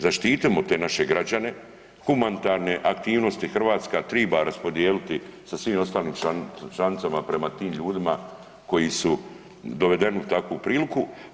Zaštitimo te naše građane, humanitarne aktivnosti Hrvatska triba raspodijeliti sa svim ostalim članicama prema tim ljudima koji su dovedeni u takvu priliku.